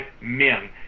men